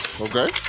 Okay